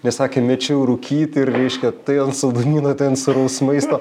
nes sakė mečiau rūkyt ir reiškia tai ant saldumynų tai ant sūraus maisto